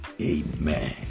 amen